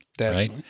right